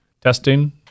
testing